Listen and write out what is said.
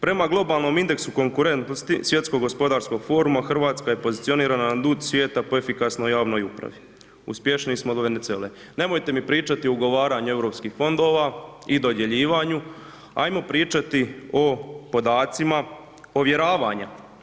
Prema globalnom indeksu konkurentnosti svjetskog gospodarskog foruma, RH je pozicionirana na dnu svijeta po efikasnoj javnoj upravi, uspješniji smo od Venezuele, nemojte mi pričati o ugovaranju Europskih fondova i dodjeljivanju, ajmo pričati o podacima ovjeravanja.